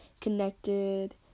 connected